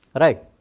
right